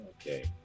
okay